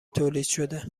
تولیدشده